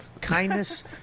Kindness